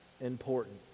important